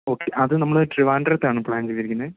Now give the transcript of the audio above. okay അതു നമ്മള് ട്രിവാന്ഡ്രത്താണ് പ്ലാൻ ചെയ്തിരിക്കുന്നത്